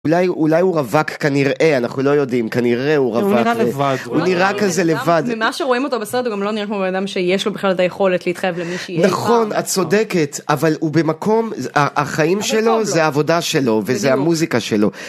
אולי, אולי הוא רווק כנראה, אנחנו לא יודעים, כנראה הוא רווק, הוא נראה לבד, הוא נראה כזה לבד. ממה שרואים אותו בסרט הוא גם לא נראה כמו אדם שיש לו בכלל את היכולת להתחייב למי שיהיה איתו. נכון, את צודקת, אבל הוא במקום, אבל טוב לו, החיים שלו זה העבודה שלו וזה המוזיקה שלו.